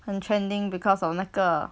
很 trending because of 那个